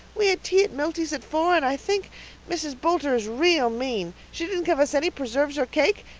we had tea at milty's at four and i think mrs. boulter is real mean. she didn't give us any preserves or cake.